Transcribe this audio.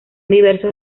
diversos